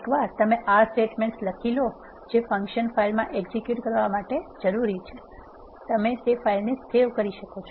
એકવાર તમે R statements લખી લો જે ફંકશન ફાઇલમાં એક્ઝેક્યુટ કરવા માટે જરૂરી છે તમે તે ફાઇલને સેવ શકો છો